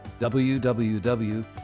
www